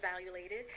evaluated